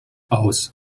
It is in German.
aus